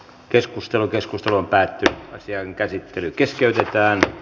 keskustelu päättyi ja asian käsittely keskeytettiin